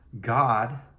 God